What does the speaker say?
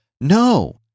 No